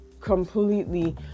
completely